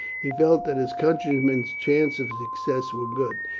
he felt that his countryman's chances of success were good.